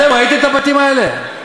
אתם ראיתם את הבתים האלה?